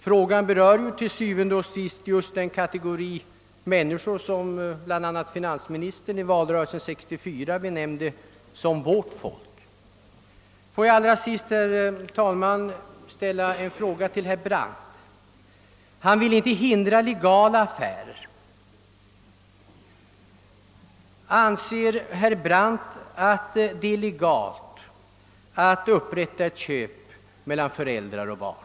Frågan berör til syvende og sidst just den kategori av människor som bland andra finansministern i valrörelsen 1964 benämnde » vårt folk». Låt mig allra sist, herr talman, ställa en fråga till herr Brandt. Han säger sig inte vilja hindra legala markaffärer. Anser herr Brandt att det är legalt att upprätta ett sådant köpeavtal mellan föräldrar och barn?